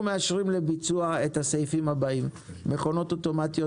אנחנו מאשרים לביצוע את הסעיפים הבאים: מכונות אוטומטיות